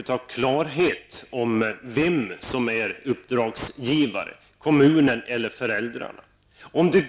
Kan vi här i kammaren få klarhet när det gäller den frågan?